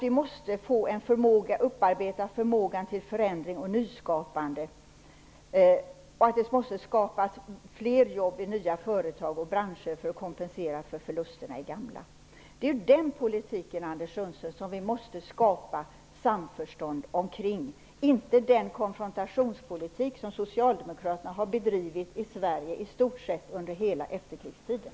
Vi måste nämligen upparbeta förmågan till förändring och nyskapande. Det måste skapas fler jobb i nya företag och branscher för att kompensera för förlusterna i gamla. Det är den politiken, Anders Sundström, som vi måste skapa samförstånd omkring, inte den konfrontationspolitik som Socialdemokraterna har bedrivit i Sverige i stort sett under hela efterkrigstiden.